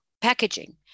packaging